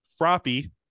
Froppy